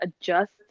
adjust